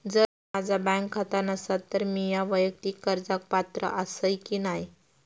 जर माझा बँक खाता नसात तर मीया वैयक्तिक कर्जाक पात्र आसय की नाय?